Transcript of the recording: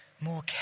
more